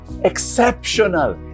exceptional